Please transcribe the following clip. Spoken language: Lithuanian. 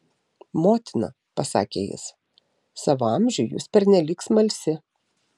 motina pasakė jis savo amžiui jūs pernelyg smalsi